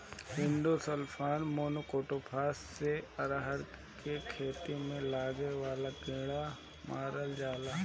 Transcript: endosulfan, monocrotophos से अरहर के खेत में लागे वाला कीड़ा के मारल जाला